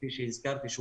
וכפי שהזכרתי,